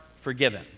forgiven